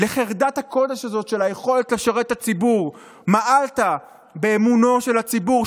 לחרדת הקודש הזאת של היכולת לשרת את הציבור ומעלת באמונו של הציבור,